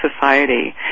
society